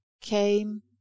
came